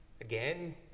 again